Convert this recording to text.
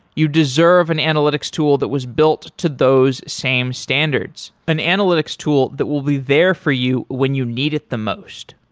you deserve an analytics tool that was built to those same standards, an analytics tool that will be there for you when you needed the most.